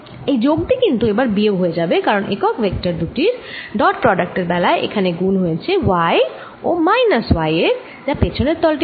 এই যোগ টি কিন্তু এবার বিয়োগ হয়ে যাবে কারণ একক ভেক্টর দুটির ডট প্রোডাক্ট এর বেলায় এখানে গুণ হয়েছে y ও মাইনাস y এর যা পেছনের তল টির জন্য